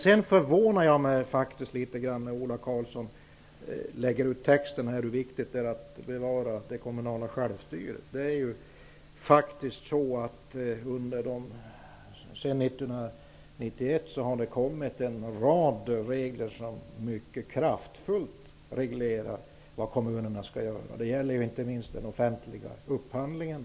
Det förvånar mig faktiskt litet när Ola Karlsson lägger ut texten om hur viktigt det är att bevara det kommunala självstyret. Sedan 1991 har det faktiskt kommit en rad regler som mycket kraftfullt reglerar vad kommunerna skall göra. Det gäller inte minst den offentliga upphandlingen.